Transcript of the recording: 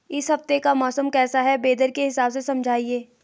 इस हफ्ते का मौसम कैसा है वेदर के हिसाब से समझाइए?